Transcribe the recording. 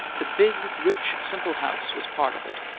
the big, rich, simple house was part of it,